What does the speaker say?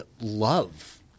love